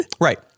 Right